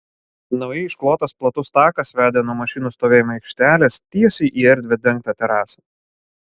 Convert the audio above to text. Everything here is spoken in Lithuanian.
naujai išklotas platus takas vedė nuo mašinų stovėjimo aikštelės tiesiai į erdvią dengtą terasą